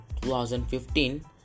2015